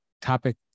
topic